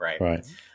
right